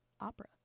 opera